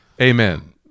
Amen